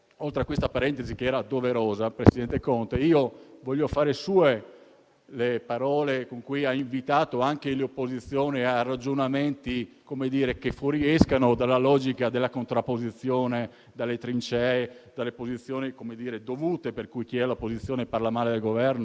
ragionamenti che fuoriescano dalla logica della contrapposizione, delle trincee e delle posizioni dovute, per cui chi è all'opposizione parla male del Governo e chi è al Governo parla male dell'opposizione. Con la stessa onestà intellettuale le chiedo se è vero - io credo che non lo sia - che quello che lei ha affrontato